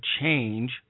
change